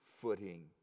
footing